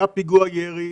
היה פיגוע ירי,